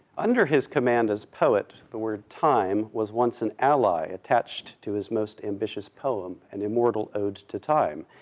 under his command as poet, the word time was once an ally attached to his most ambitious poem, an immortal ode to time,